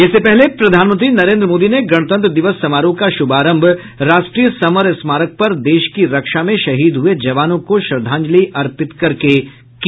इससे पहले प्रधानमंत्री नरेन्द्र मोदी ने गणतंत्र दिवस समारोह का शुभारंभ राष्ट्रीय समर स्मारक पर देश की रक्षा में शहीद हुए जवानों को श्रद्धांजलि अर्पित करके की